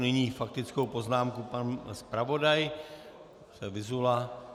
Nyní s faktickou poznámkou pan zpravodaj Vyzula.